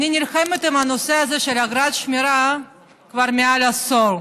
אני נלחמת עם הנושא של אגרת שמירה כבר מעל עשור.